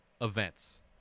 events